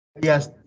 Yes